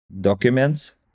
documents